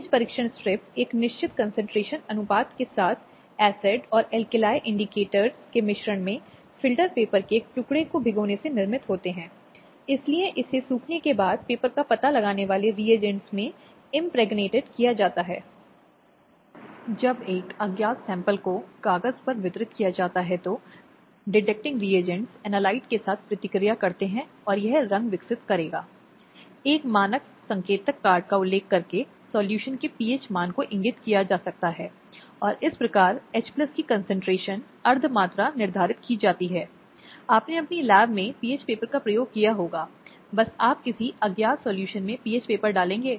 स्थिति की स्पष्टता के कारण अदालत महिला के पक्ष में एक आदेश देने के लिए आगे बढ़ सकती है यहां तक कि क्योंकि यह आवश्यक है कि तात्कालिक खतरे या तात्कालिक स्थिति या हिंसा की आशंका से निपटने के लिए ऐसे तात्कालिक अंतरिम आदेश दिए जाने हैं या हो सकता है कि दूसरा पक्ष जानबूझकर कार्यवाही में देरी कर रहा हो या जानबूझकर अदालत में पेश न हो इसके बावजूद कि व्यक्ति को नोटिस दिए जा रहे हों